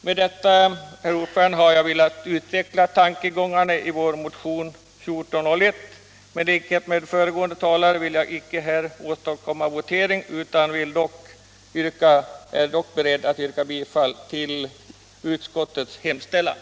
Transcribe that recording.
Med detta, herr talman, har jag velat utveckla tankegångarna i vår motion 1401, men i likhet med föregående talare vill jag icke här ställa något säryrkande, utan jag är beredd att rösta för utskottets hemställan.